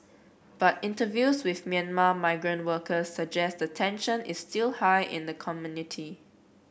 but interviews with Myanmar migrant workers suggest that tension is still high in the community